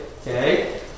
okay